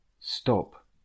stop